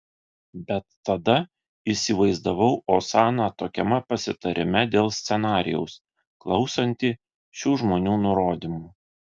bet tada įsivaizdavau osaną tokiame pasitarime dėl scenarijaus klausantį šių žmonių nurodymų